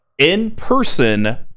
In-person